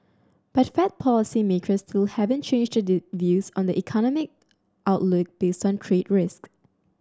but Fed policymakers still haven't changed their views on the economic outlook based on trade risks